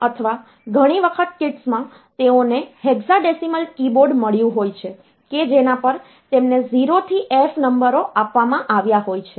અથવા ઘણી વખત કિટ્સમાં તેઓને હેક્સાડેસિમલ કીબોર્ડ મળ્યું હોય છે કે જેના પર તેમને 0 થી F નંબરો આપવામાં આવ્યા હોય છે